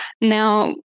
Now